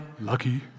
Lucky